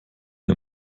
mir